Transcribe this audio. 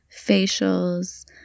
facials